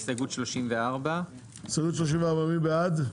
הסתייגות 34. מי בעד?